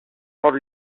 rendre